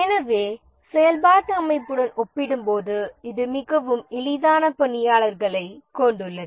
எனவே செயல்பாட்டு அமைப்புடன் ஒப்பிடும்போது இது மிகவும் எளிதான பணியாளர்களைக் கொண்டுள்ளது